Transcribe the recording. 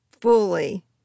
fully